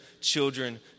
children